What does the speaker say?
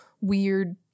weird